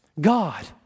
God